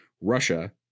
Russia